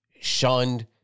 shunned